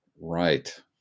Right